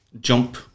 jump